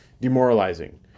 demoralizing